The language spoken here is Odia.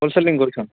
ହୋଲସେଲିଂ କରୁଛନ୍